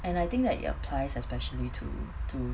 and I think that it'll applies especially to to